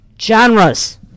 genres